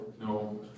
no